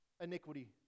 iniquity